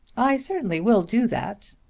i certainly will do that.